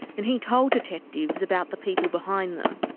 and he told detectives about the people behind them.